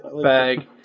Bag